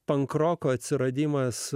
pankroko atsiradimas